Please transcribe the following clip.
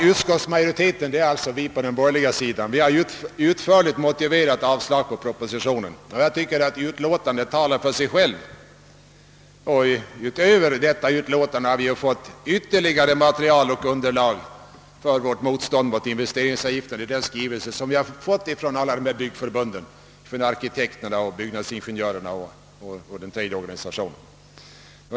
Utskottsmajoriteten, alltså vi på den borgerliga sidan, har utförligt motiverat avslagsyrkandet, och jag tycker att utlåtandet talar för sig självt. Utöver utskottsutlåtandet har vi fått ytterligare material och underlag för vårt motstånd mot investeringsavgiften i den skrivelse vi alla fått från arkitekternas och byggnadsingenjörernas och vägoch vattenbyggarnas organisationer.